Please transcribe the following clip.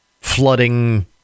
flooding